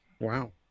wow